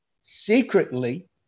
secretly